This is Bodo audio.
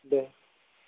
दे